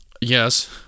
yes